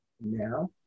now